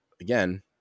again